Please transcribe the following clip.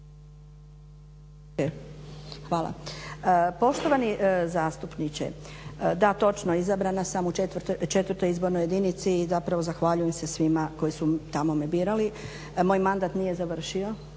Hvala. Poštovani zastupniče, da to točno izabrana sam u četvrtoj izbornoj jedinici i zapravo zahvaljujem se svima koji me tamo birali. Moj mandat nije završio